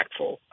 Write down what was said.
impactful